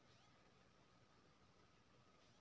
मरीच के खेती होय छय?